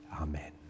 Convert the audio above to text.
amen